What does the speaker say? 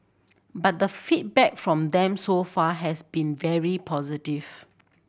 but the feedback from them so far has been very positive